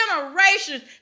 generations